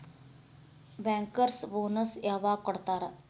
Bankers bonus ಯವಾಗ್ ಕೊಡ್ತಾರ?